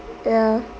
ya